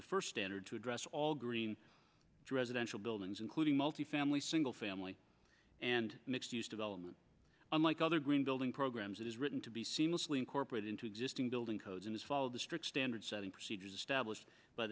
the first standard to address all green dress eventually buildings including multifamily single family and mixed use development unlike other green building programs it is written to be seamlessly incorporated into existing building codes and is followed the strict standards setting procedures established by